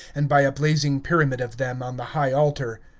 and by a blazing pyramid of them on the high altar.